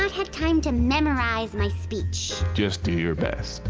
had time to memorize my speech. just do your best.